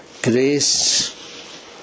grace